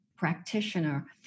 practitioner